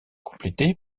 complété